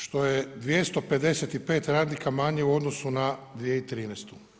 Što je 255 radnika manje u odnosu na 2013.